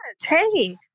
Hey